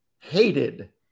hated